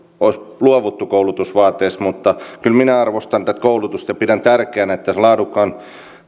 olisi luovuttu koulutusvaateesta mutta kyllä minä arvostan tätä koulutusta ja pidän tärkeänä että laadukkaan